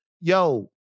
yo